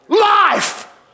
life